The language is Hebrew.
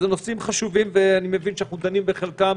אלו נושאים חשובים, ואני מבין שאנחנו דנים בחלקם